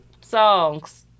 songs